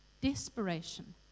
desperation